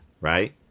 right